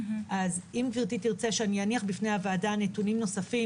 אם גברתי תרצה שאניח בפני הוועדה נתונים אחרים,